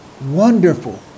wonderful